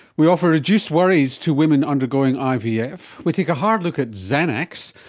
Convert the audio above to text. we offer reduced worries to women undergoing ivf, yeah we take a hard look at xanax,